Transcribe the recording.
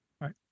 right